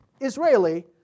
Israeli